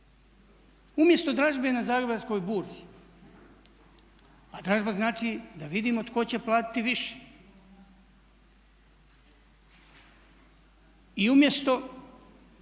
Umjesto dražbe na Zagrebačkoj burzi. A dražba znači da vidimo tko će platiti više. I umjesto